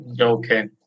Okay